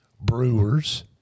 Brewers